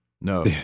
No